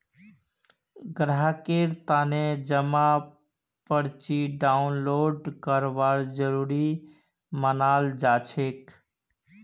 ग्राहकेर तने जमा पर्ची डाउनलोड करवा जरूरी मनाल जाछेक